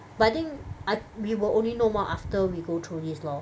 but I think I we will only know more after we go through this lor